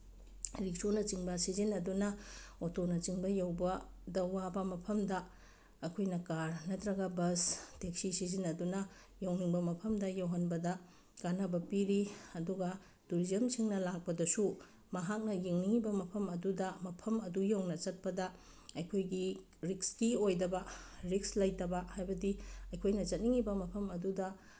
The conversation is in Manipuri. ꯔꯤꯛꯁꯣꯅꯆꯤꯡꯕ ꯁꯤꯖꯤꯟꯅꯗꯨꯅ ꯑꯣꯇꯣꯅꯆꯤꯡꯕ ꯌꯧꯕꯗ ꯋꯥꯕ ꯃꯐꯝꯗ ꯑꯩꯈꯣꯏꯅ ꯀꯥꯔ ꯅꯠꯇ꯭ꯔꯒ ꯕꯁ ꯇꯦꯛꯁꯤ ꯁꯤꯖꯤꯟꯅꯗꯨꯅ ꯌꯧꯅꯤꯡꯕ ꯃꯐꯝꯗ ꯌꯧꯍꯟꯕꯗ ꯀꯥꯅꯕ ꯄꯤꯔꯤ ꯑꯗꯨꯒ ꯇꯨꯔꯤꯖꯝꯁꯤꯡꯅ ꯂꯥꯛꯄꯗꯁꯨ ꯃꯍꯥꯛꯅ ꯌꯦꯡꯅꯤꯡꯉꯤꯕ ꯃꯐꯝ ꯑꯗꯨꯗ ꯃꯐꯝ ꯑꯗꯨ ꯌꯧꯅ ꯆꯠꯄꯗ ꯑꯩꯈꯣꯏꯒꯤ ꯔꯤꯛꯁꯀꯤ ꯑꯣꯏꯗꯕ ꯔꯤꯛꯁ ꯂꯩꯇꯕ ꯍꯥꯏꯕꯗꯤ ꯑꯩꯈꯣꯏꯅ ꯆꯠꯅꯤꯡꯉꯤꯕ ꯃꯐꯝ ꯑꯗꯨꯗ